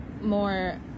more